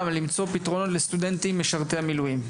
למצוא פתרונות לסטודנטים משרתי המילואים.